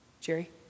Jerry